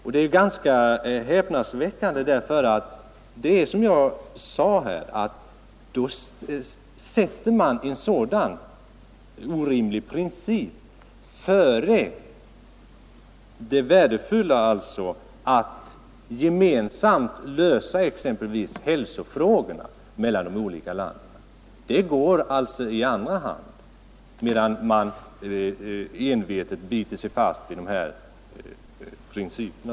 Detta är ganska häpnadsväckande eftersom man då, som jag sade tidigare, sätter en sådan orimlig princip före det värdefulla som ligger i att gemensamt lösa t.ex. den hälsofråga som gäller de olika länderna. Detta kommer alltså i andra hand samtidigt som man envetet biter sig fast vid principer.